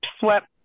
Swept